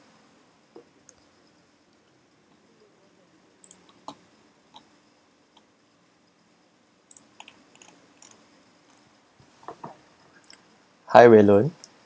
hi wei lun